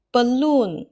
Balloon